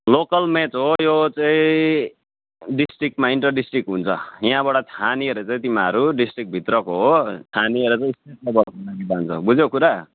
local match हो यो चाहिँ डिस्ट्रिक्टमा इन्टर डिस्ट्रिक्ट हुन्छ यहाँबाट छानिएर चाहिँ तिमीहरू डिस्ट्रिक्टभित्रको हो छानिएर चाहिँ बुझ्यौ कुरा